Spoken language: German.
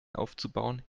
aufzubauen